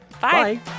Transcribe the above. Bye